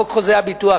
חוק חוזה הביטוח,